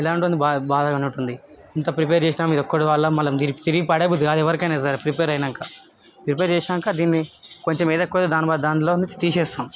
ఇలాంటోని భా బాధగానే ఉంటుంది ఇంత ప్రిపేర్ చేసినాం ఇదొక్కటి వల్ల మళ్ళీ తిరిగి పడేయబుద్ధి కాదు ఎవరికైనా సరే ప్రిపేర్ అయ్యాక ప్రిపేర్ చేసినాక దీన్ని కొంచం ఏదొక దాన్ దాంట్లో నుంచి తీసేస్తాం